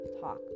talk